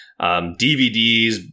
DVDs